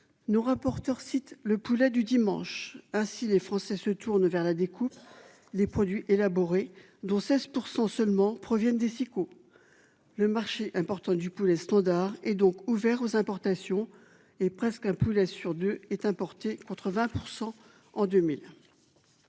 Nous rapporteurs citent le poulet du dimanche. Ainsi, les Français se tournent vers la découpe les produits élaborés, dont 16% seulement proviennent des Sico. Le marché important du poulet standard et donc ouvert aux importations et presque un poulet sur Dieu est importé, contre 20% en 2000.